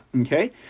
Okay